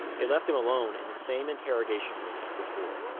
they left him alone in the same interrogation room as before.